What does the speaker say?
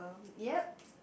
yep